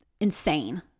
insane